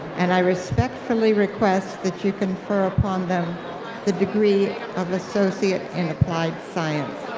and i respectfully request that you confer upon them the degree of associate in applied science.